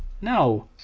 no